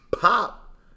pop